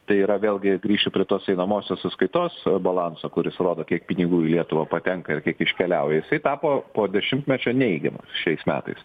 tai yra vėlgi grįšiu prie tos einamosios sąskaitos balanso kuris rodo kiek pinigų į lietuva patenka ir kiek iškeliauja jisai tapo po dešimtmečio neigiamas šiais metais